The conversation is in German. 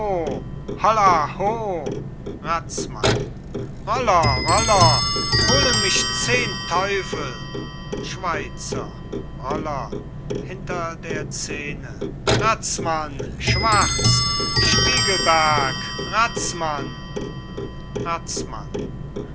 razmann roller roller holen mich zehn teufel schweizer roller hinter der scene razmann schwarz spiegelberg razmann